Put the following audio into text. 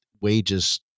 wages